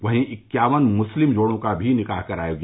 वहीं इक्यावन मुस्लिम जोड़ों का निकाह भी कराया गया